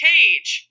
Cage